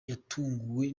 yatunguwe